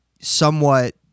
somewhat